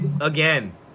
again